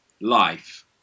life